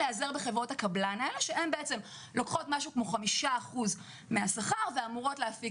להיעזר בחברות הקבלן האלה שלוקחות משהו כמו 5% מהשכר ואמורות להפיק